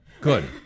Good